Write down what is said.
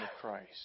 Christ